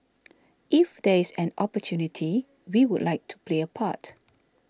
if there is an opportunity we would like to play a part